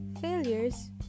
failures